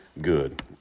good